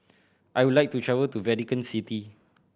I would like to travel to Vatican City